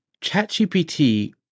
ChatGPT